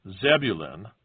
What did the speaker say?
Zebulun